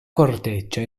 corteccia